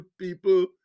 people